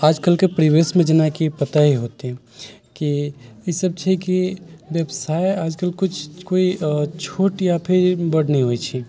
आजकलके परिवेशमे जेनाकि पता ही होतै कि ईसब छै कि बेबसाइ आजकल किछु कोइ छोट या फेर बड़ नहि होइ छै